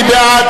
מי בעד?